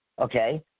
Okay